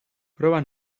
proba